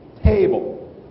Table